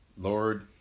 Lord